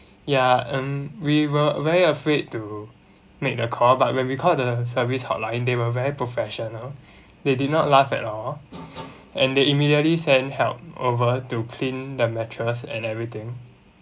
ya and we were very afraid to make the call but when we call the service hotline they were very professional they did not laugh at all and they immediately send help over to clean the mattress and everything